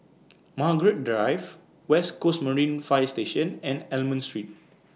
Margaret Drive West Coast Marine Fire Station and Almond Street